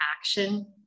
action